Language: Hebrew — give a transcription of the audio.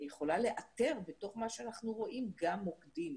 אני יכולה לאתר בתוך מה שאנחנו רואים גם מוקדים.